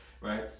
Right